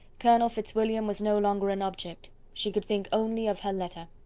colonel fitzwilliam was no longer an object she could think only of her letter.